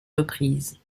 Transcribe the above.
reprise